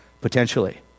potentially